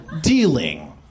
Dealing